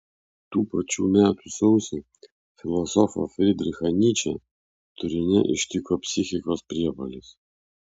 tų pačių metų sausį filosofą frydrichą nyčę turine ištiko psichikos priepuolis